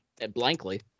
blankly